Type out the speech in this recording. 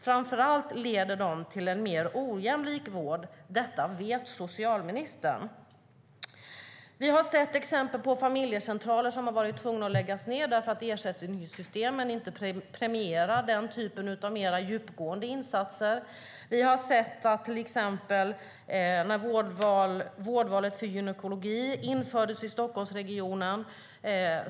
Framför allt leder det till en mer ojämlik vård. Detta vet socialministern. Vi har sett exempel på familjecentraler som fått läggas ned därför att ersättningen i systemen inte premierar den typen av mer djupgående insatser. Vi har sett det när till exempel vårdvalet för gynekologi infördes i Stockholmsregionen.